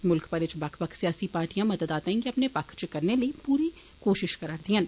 मुल्ख भरै च बक्ख बक्ख सियासी पार्टियां मतदाताएं गी अपने पक्खै च करने लेई अपनी पूरी कोषिष करदियां न